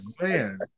man